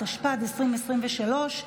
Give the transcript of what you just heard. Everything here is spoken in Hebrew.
התשפ"ד 2023,